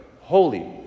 holy